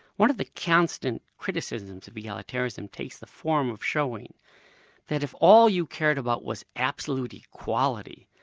one of the constant criticisms of egalitarianism takes the form of showing that if all you cared about was absolute equality,